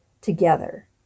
together